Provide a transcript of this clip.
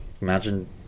Imagine